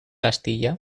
astilla